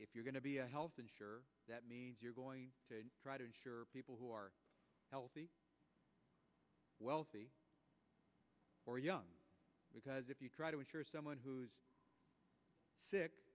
if you're going to be a health insurer that means you're going to try to insure people who are healthy wealthy or young because if you try to insure someone who's sick